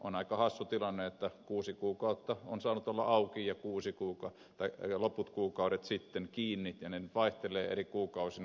on aika hassu tilanne että kuusi kuukautta on saanut olla auki ja loput kuukaudet sitten kiinni ja ne nyt vaihtelevat eri kuukausina